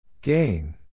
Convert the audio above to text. Gain